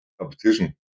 competition